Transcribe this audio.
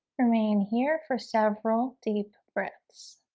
remain here for several deep breaths